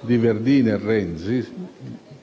di Verdini a Renzi,